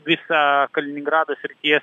visą kaliningrado srities